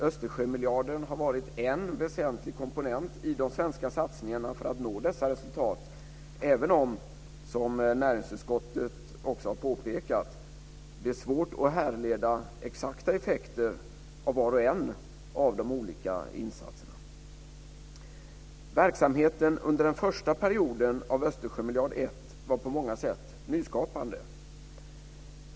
Östersjömiljarden har varit en väsentlig komponent i de svenska satsningarna för att nå dessa resultat, även om, som näringsutskottet också har påpekat, det är svårt att härleda exakta effekter av var och en av de olika insatserna. Verksamheten under den första perioden av Östersjömiljard 1 var på många sätt nyskapande.